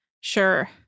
Sure